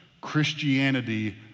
Christianity